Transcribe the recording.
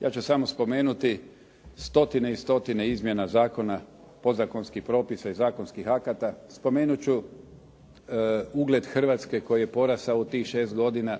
Ja ću samo spomenuti stotine i stotine izmjena zakona, podzakonskih propisa i zakonskih akata. Spomenut ću ugled Hrvatske koji je porastao u tih šest godina.